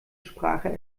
sprache